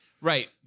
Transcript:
Right